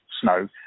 snow